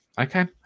Okay